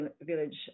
village